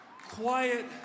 quiet